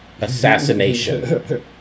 assassination